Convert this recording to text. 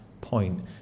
point